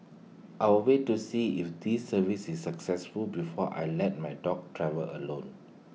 I'll wait to see if this services is successful before I let my dog travel alone